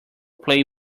play